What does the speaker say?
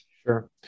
Sure